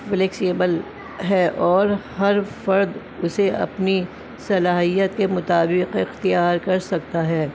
flexible ہے اور ہر فرد اسے اپنی صلاحیت کے مطابق اختیار کر سکتا ہے